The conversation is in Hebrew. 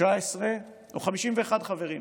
19 או 51 חברים.